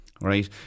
right